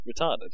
retarded